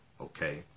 okay